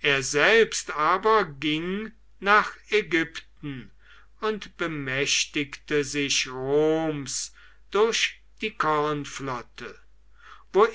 er selbst aber ging nach ägypten und bemächtigte sich roms durch die kornflotte